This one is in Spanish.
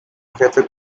jefe